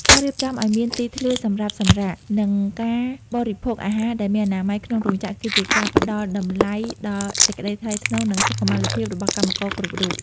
ការរៀបចំឱ្យមានទីធ្លាសម្រាប់សម្រាក និងការបរិភោគអាហារដែលមានអនាម័យក្នុងរោងចក្រ គឺជាការផ្ដល់តម្លៃដល់សេចក្ដីថ្លៃថ្នូរ និងសុខុមាលភាពរបស់កម្មករគ្រប់រូប។